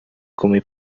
come